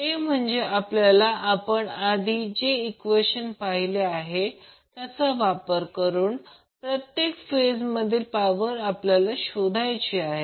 ते म्हणजे आपल्याला आपण जे आधी इक्वेशन पाहिले आहे त्याचा वापर करून प्रत्येक फेज मधील पॉवर शोधायची आहे